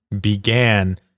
began